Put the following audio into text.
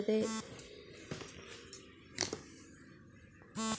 ಮಣ್ಣು ಹೇಗೆ ಉಂಟಾಗುತ್ತದೆ?